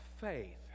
faith